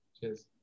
cheers